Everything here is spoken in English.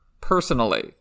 personally